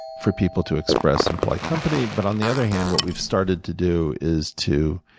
for people to express in polite company. but on the other hand, what we've started to do is to